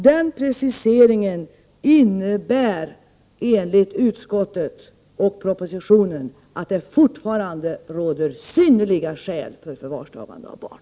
Den preciseringen innebär enligt utskottet och propositionen att det fortfarande krävs synnerliga skäl för förvarstagande av barn.